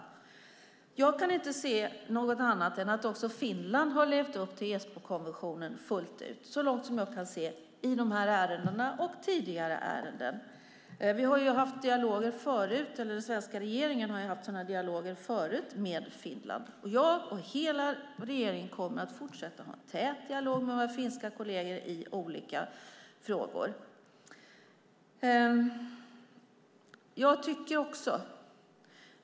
Jag kan inte se något annat än att också Finland har levt upp till Esbokonventionen fullt ut i de här ärendena och i tidigare ärenden. Den svenska regeringen har haft sådana här dialoger förut med Finland. Jag och hela regeringen kommer att fortsätta att ha en tät dialog med våra finska kolleger i olika frågor.